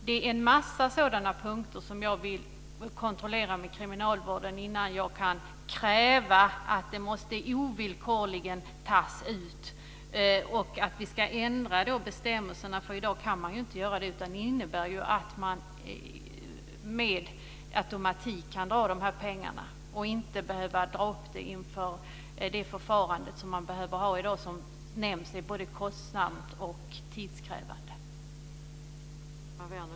Det är en massa sådana punkter som jag vill kontrollera med kriminalvården innan jag kan kräva att detta ovillkorligen måste tas ut och att vi ska ändra bestämmelserna. I dag kan man ju inte göra det. Det innebär att man med automatik kan dra de här pengarna och inte behöver dra upp det förfarande som man måste ha i dag, vilket som nämnts är både kostsamt och tidskrävande.